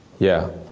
yeah.